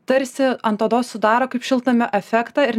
tarsi ant odos sudaro kaip šiltnamio efektą ir